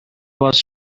was